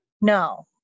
No